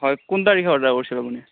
হয় কোন তাৰিখে অৰ্ডাৰ কৰিছিল আপুনি